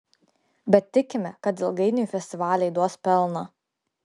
bet tikime kad ilgainiui festivaliai duos pelną